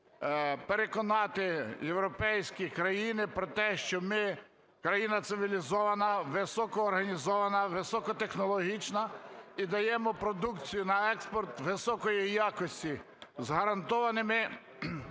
переконати європейські країни про те, що ми країна цивілізована, високоорганізована, високотехнологічна, і даємо продукцію на експорт високої якості, з гарантованими